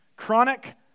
Chronic